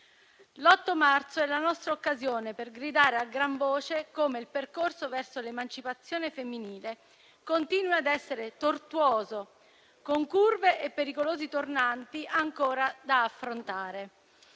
L'8 marzo è la nostra occasione per gridare a gran voce come il percorso verso l'emancipazione femminile continui ad essere tortuoso, con curve e pericolosi tornanti ancora da affrontare.